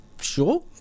Sure